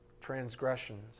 transgressions